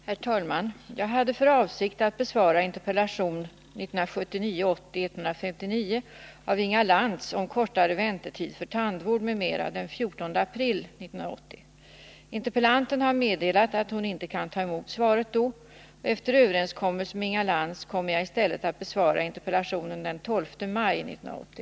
Herr talman! Jag hade för avsikt att besvara interpellation 1979/80:159 av Inga Lantz om kortare väntetid för tandvård, m.m. den 14 april 1980. Interpellanten har meddelat att hon inte kan ta emot svaret då, och efter överenskommelse med Inga Lantz kommer jag i stället att besvara interpellationen den 12 maj 1980.